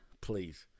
please